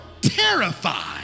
terrified